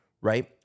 right